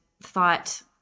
thought